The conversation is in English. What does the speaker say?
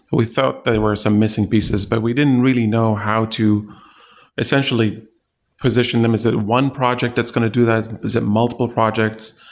we thought there were some missing pieces, but we didn't really know how to essentially position them. is it one project that's going to do that? is it multiple projects?